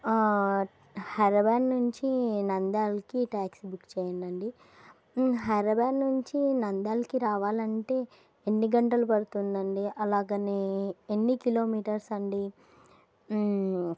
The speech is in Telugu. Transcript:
హైదరాబాదు నుండి నంద్యాలకి ట్యాక్సీ బుక్ చెయ్యండి హైదరాబాదు నుండి నంద్యాలకి రావాలంటే ఎన్ని గంటలు పడుతుందండి అలాగే ఎన్ని కిలోమీటర్స్ అండి